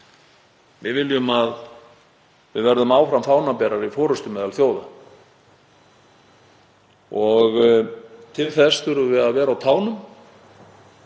Við viljum vera áfram fánaberar í forystu meðal þjóða og til þess þurfum við að vera á tánum.